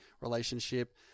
relationship